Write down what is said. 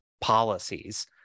policies